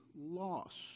lost